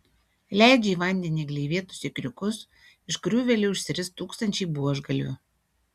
leidžia į vandenį gleivėtus ikriukus iš kurių vėliau išsiris tūkstančiai buožgalvių